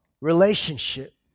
relationship